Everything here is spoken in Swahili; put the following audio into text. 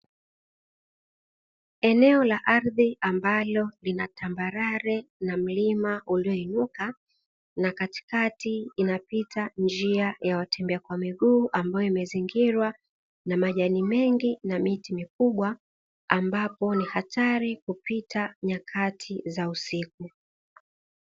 Eneo la ardhi ambalo lina tambarare na mlima ulioinuka na katikati inapita njia ya watembea kwa miguu ambayo imezingirwa na majani mengi na miti mikubwa ambapo ni hatari kupita nyakati za usiku.